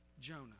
Jonah